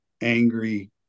angry